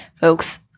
folks